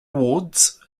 wards